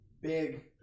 Big